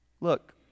look